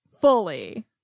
fully